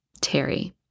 Terry